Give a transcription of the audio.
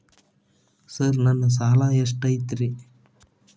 Sir ನನ್ನ ಸಾಲಾ ಎಷ್ಟು ಐತ್ರಿ?